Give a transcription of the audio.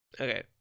Okay